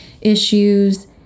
issues